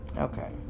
Okay